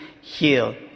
heal